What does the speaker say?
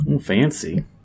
Fancy